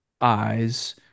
eyes